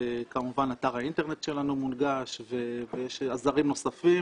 כמובן אתר האינטרנט שלנו מונגש ויש עזרים נוספים